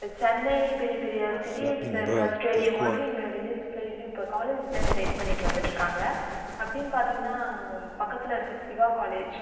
சென்னை பெரிய பெரிய சிட்டிஸில் இருக்க ஸ்டேடியம் மாதிரி இங்கே வில்லேஜில் எப்படி இப்போ காலேஜில் ரெடி பண்ணிட்டு வந்துட்டுருக்காங்க அப்படின்னு பார்த்தீங்கன்னா பக்கத்தில் இருக்கற சிவா காலேஜ்